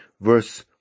verse